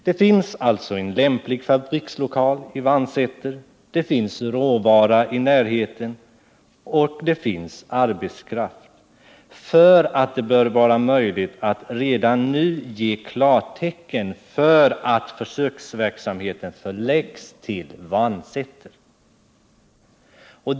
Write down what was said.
Det finns alltså en lämplig fabrikslokal i Vannsäter, det finns råvara i närheten och det finns arbetskraft för att det bör vara möjligt att redan nu ge klartecken till att försöksverksamheten förläggs till Vannsäter.